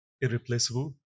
irreplaceable